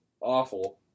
awful